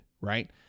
Right